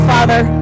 Father